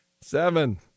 seven